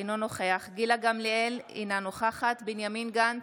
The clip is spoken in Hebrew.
אינו נוכח גילה גמליאל, אינה נוכחת בנימין גנץ,